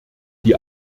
die